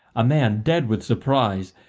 a man dead with surprise,